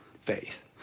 faith